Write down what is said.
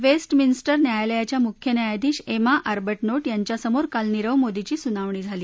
waste minster न्यायालयाच्या मुख्य न्यायाधीश एमा आरबटनोट यांच्या समोर काल नीख मोदीची सुनावणी झाली